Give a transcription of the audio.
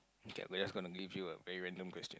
okay we're just going to give you a very random question